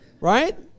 right